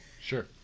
Sure